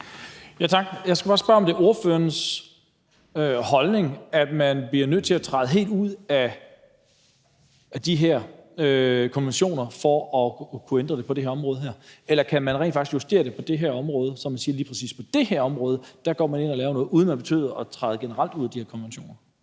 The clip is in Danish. skal bare spørge, om det er ordførerens holdning, at man bliver nødt til at træde helt ud af de her konventioner for at kunne ændre det på det her område, eller om man rent faktisk kan justere det på det her område, så man siger, at lige præcis på det her område går man ind og laver noget, uden at det betyder, at man generelt træder ud af de her konventioner.